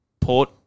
port